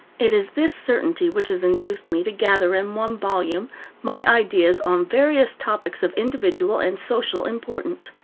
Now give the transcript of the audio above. it is this certainty which has induced me to gather in one volume my ideas on various topics of individual and social importance.